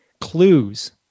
clues